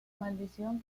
maldición